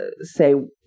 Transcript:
say